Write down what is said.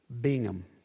Bingham